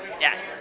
Yes